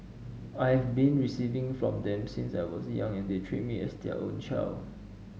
I have been receiving from them since I was young and they treat me as their own child